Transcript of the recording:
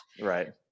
Right